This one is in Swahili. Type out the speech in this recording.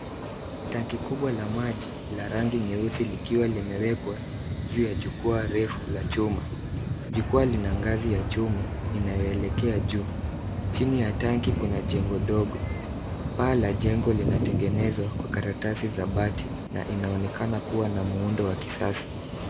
Tanki kubwa la maji la rangi nyeusi likiwa limewekwa juu ya jukwaa refu la chuma. Jukwaa lina ngazi ya chuma inayoelekea juu. Chini ya tanki kuna jengo ndogo. Paa la jengo linatengenezwa kwa karatasi za bati na inaonekana kuwa na muundo wa kisasa.